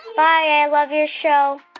bye. i love your show